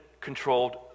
controlled